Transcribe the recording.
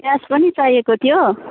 प्याज पनि चाहिएको थियो